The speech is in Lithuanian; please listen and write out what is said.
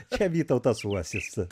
čia vytautas uosis